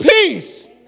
Peace